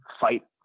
fight